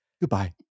Goodbye